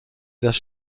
das